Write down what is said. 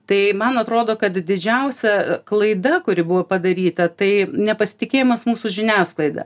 tai man atrodo kad didžiausia klaida kuri buvo padaryta tai nepasitikėjimas mūsų žiniasklaida